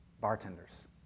bartenders